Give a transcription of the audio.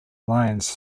lines